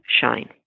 shine